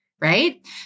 right